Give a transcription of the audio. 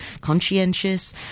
conscientious